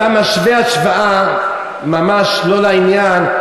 אתה משווה השוואה ממש לא לעניין.